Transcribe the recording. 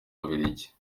bubiligi